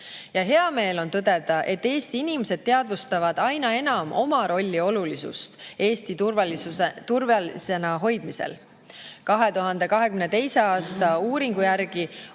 Ja hea meel on tõdeda, et Eesti inimesed teadvustavad aina enam oma rolli olulisust Eesti turvalisena hoidmisel. 2022. aasta uuringu järgi